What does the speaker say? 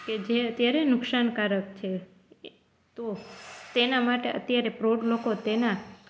કે જે અત્યારે નુકશાનકારક છે તો તેનાં માટે અત્યારે પ્રૌઢ લોકો તેનાં